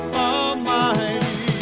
Almighty